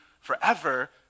forever